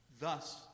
Thus